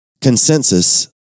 consensus